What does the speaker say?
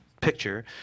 picture